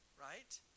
right